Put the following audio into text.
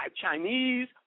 Chinese